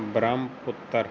Brahmaputra